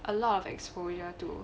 a lot of exposure to